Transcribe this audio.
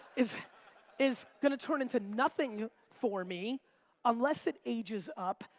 is is gonna turn into nothing for me unless it ages up.